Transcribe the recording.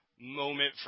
moment